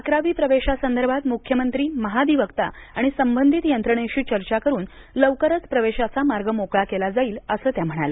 अकरावी प्रवेशा संदर्भात म्रख्यमंत्री महाधिवक्ता आणि संबंधित यंत्रणेशी चर्चा करून लवकरच प्रवेशाचा मार्ग मोकळा केला जाईल असं त्या म्हणाल्या